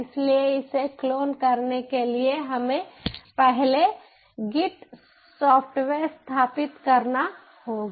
इसलिए इसे क्लोन करने के लिए हमें पहले गिट सॉफ्टवेयर्स स्थापित करना होगा